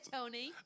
Tony